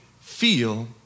feel